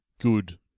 good